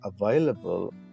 available